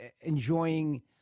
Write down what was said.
enjoying